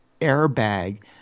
airbag